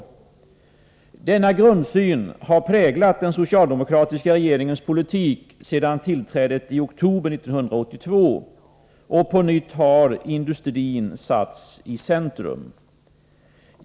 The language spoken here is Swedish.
Denna grundsyn har präglat den socialdemokratiska regeringens politik sedan tillträdet i oktober 1982. På nytt har industrin satts i centrum.